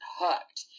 hooked